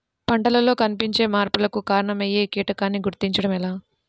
పంటలలో కనిపించే మార్పులకు కారణమయ్యే కీటకాన్ని గుర్తుంచటం ఎలా?